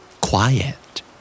Quiet